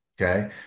okay